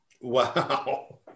Wow